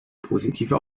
positive